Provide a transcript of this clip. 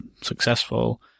successful